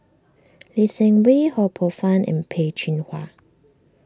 Lee Seng Wee Ho Poh Fun and Peh Chin Hua